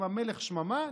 אם המלך שממה,